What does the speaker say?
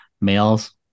males